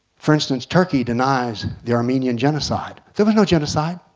for instance turkey denies the armenian genocide. there was no genocide.